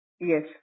Yes